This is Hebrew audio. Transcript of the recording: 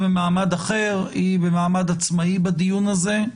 היא במעמד עצמאי בדיון הזה,